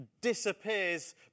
disappears